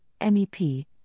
MEP